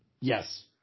Yes